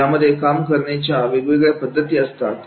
यामध्ये काम करण्याच्या वेगवेगळ्या पद्धती असतात